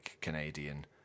canadian